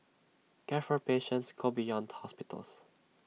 care for patients go beyond hospitals